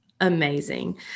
amazing